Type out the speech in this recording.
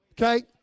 Okay